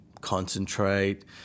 concentrate